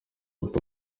umunsi